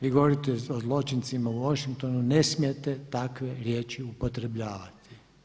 Vi govorite o zločincima u Washingtonu, ne smijete takve riječi upotrebljavati.